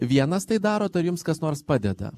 vienas tai darot ar jums kas nors padeda